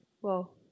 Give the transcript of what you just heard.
whoa